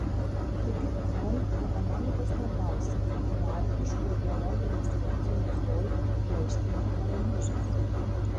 kitaip tariant ekonomikos neapgausi nuo arkliškų ideologinės vakcinos dozių ją ištinka paralyžius